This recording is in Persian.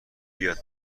یاد